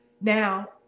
Now